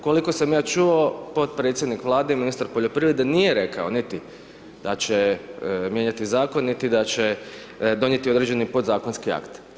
Koliko sam ja čuo, potpredsjednik Vlade i ministar poljoprivrede nije rekao niti da će mijenjati zakon niti da će donijeti određeni podzakonski akt.